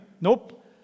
Nope